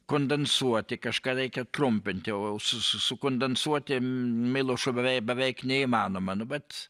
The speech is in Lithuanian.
kondensuoti kažką reikia trumpinti o su sukondensuoti milošo beveik neįmanoma nu bet